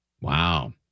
Wow